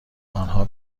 آنها